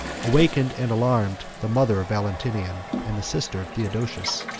awakened and alarmed the mother of valentinian, and the sister of theodosius.